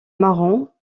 marans